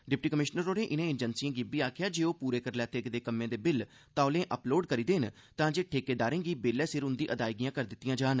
deputy commissioner होरें इनें एजेंसिए गी आखेआ जे ओह पूरे करी लैते गेदे कम्में दे बिल तौले अपलोड करी देन तांजे ठेकेदारें गी बेल्ले सिर उंदी अदायगियां करी दित्तिआं जान